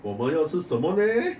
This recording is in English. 我要吃什么 neh